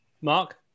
Mark